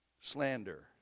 Slander